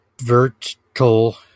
virtual